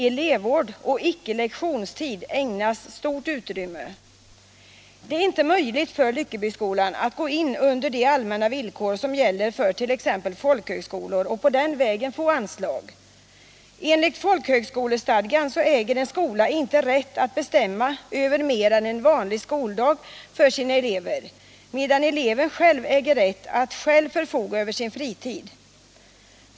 Elevvård och icke lektionstid ägnas stort utrymme. Det är inte möjligt för Lyckeboskolan att gå in under de allmänna : villkor som gäller för 1. ex. folkhögskolor och på den vägen få anslag. Enligt folkhögskolestadgan äger en skola inte rätt att bestämma över mer än en vanlig skoldag för sina elever. medan cleven själv äger rätt att förfoga över sin fritid.